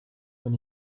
when